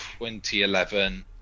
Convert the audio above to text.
2011